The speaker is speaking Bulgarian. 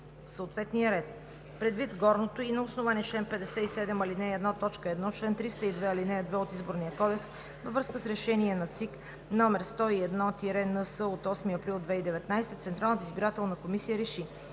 съответния ред. Предвид горното и на основание чл. 57, ал. 1, т. 1, чл. 302, ал. 2 от Изборния кодекс във връзка с Решение на ЦИК № 101-НС от 8 април 2019 г. Централната избирателна комисия РЕШИ: